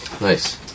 Nice